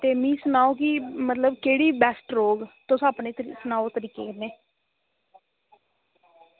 ते मिगी सनाओ की केह्ड़ी बैस्ट रौह्ग तुस अपने सनाओ तरीके कन्नै